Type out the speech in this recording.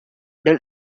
del